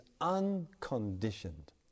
unconditioned